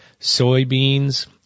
soybeans